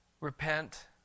repent